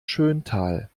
schöntal